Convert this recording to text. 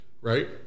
right